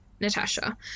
Natasha